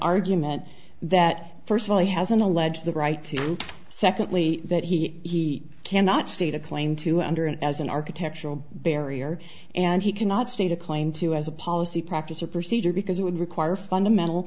argument that first of all he has an alleged the right to secondly that he cannot state a claim to under it as an architectural barrier and he cannot state a claim to as a policy practice or procedure because it would require fundamental